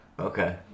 Okay